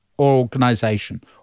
Organization